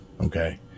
Okay